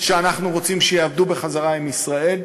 שאנחנו רוצים שיעבדו בחזרה עם ישראל,